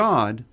God